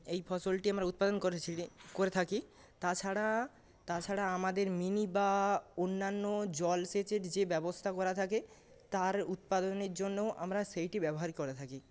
এই ফসলটি আমরা উৎপাদন করে করে থাকি তাছাড়া তাছাড়া আমাদের মিনি বা অন্যান্য জল সেচের যে ব্যবস্থা করা থাকে তার উৎপাদনের জন্য আমরা সেইটি ব্যবহার করে থাকি